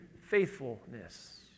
faithfulness